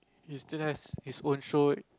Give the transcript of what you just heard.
he still has his own show